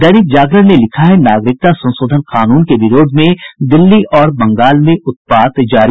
दैनिक जागरण ने लिखा है नागरिकता संशोधन कानून के विरोध में दिल्ली और बंगाल में उत्पात जारी